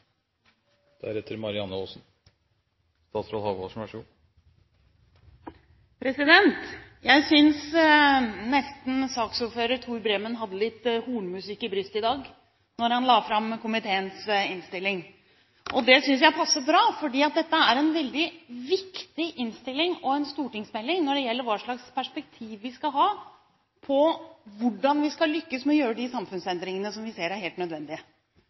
Jeg synes nesten saksordfører Tor Bremer hadde litt hornmusikk i brystet i dag da han la fram komiteens innstilling! Det synes jeg passet bra, for dette er en veldig viktig innstilling og stortingsmelding når det gjelder hva slags perspektiv vi skal ha, og hvordan vi skal lykkes med å gjøre de samfunnsendringene som vi ser er helt nødvendige.